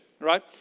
right